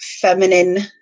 feminine